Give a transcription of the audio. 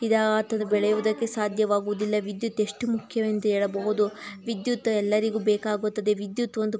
ಈಗ ಆತನು ಬೆಳೆಯುವುದಕ್ಕೆ ಸಾಧ್ಯವಾಗುವುದಿಲ್ಲ ವಿದ್ಯುತ್ ಎಷ್ಟು ಮುಖ್ಯವೆಂದು ಹೇಳಬಹುದು ವಿದ್ಯುತ್ ಎಲ್ಲರಿಗೂ ಬೇಕಾಗುತ್ತದೆ ವಿದ್ಯುತ್ ಒಂದು